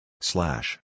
Slash